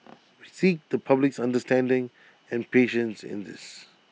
we seek the public's understanding and patience in this